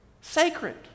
sacred